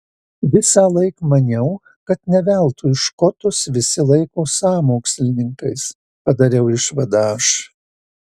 visąlaik maniau kad ne veltui škotus visi laiko sąmokslininkais padariau išvadą aš